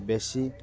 ବେଶୀ